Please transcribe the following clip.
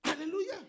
Hallelujah